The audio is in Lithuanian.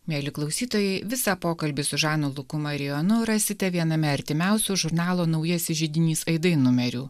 mieli klausytojai visą pokalbį su žanu luku marijonu rasite viename artimiausių žurnalo naujasis židinys aidai numerių